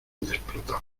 explotamos